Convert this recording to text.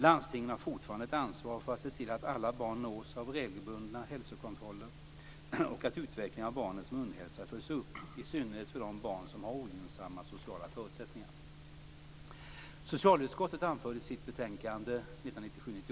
Landstingen har fortfarande ett ansvar för att se till att alla barn nås av regelbundna hälsokontroller och att utvecklingen av barnens munhälsa följs upp, i synnerhet för de barn som har ogynnsamma sociala förutsättningar.